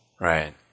Right